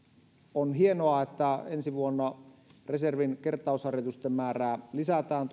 on hienoa että ensi vuonna reservin kertausharjoitusten määrää lisätään